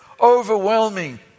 overwhelming